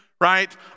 right